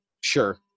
sure